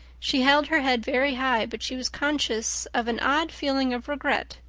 she held her head very high, but she was conscious of an odd feeling of regret.